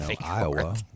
Iowa